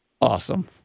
Awesome